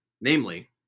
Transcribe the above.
Namely